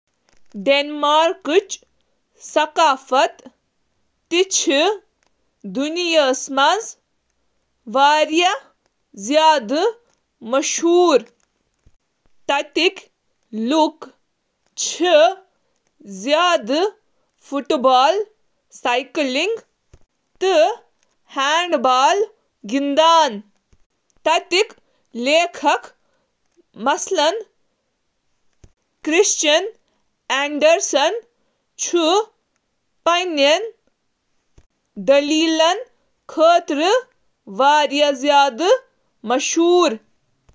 ڈنمارکک ثقافت چِھ امیر تہٕ متنوع، روایت، کمیونٹی تہٕ جدت طرازی خاطرٕ چِھ زبردست تعریف: ڈنمارکک ثقافتی میک اپ چِھ علاقائی روایات تہٕ وائکنگ ورثہٕ، فن، خوراک تہٕ مقامی زبانہٕ پیٹھ مبنی امتیازن سۭتۍ بیان یوان کرنہٕ۔